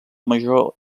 major